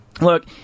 Look